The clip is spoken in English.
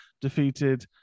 defeated